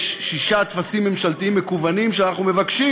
יש שישה טפסים ממשלתיים מקוונים שאנחנו מבקשים